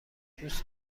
دوست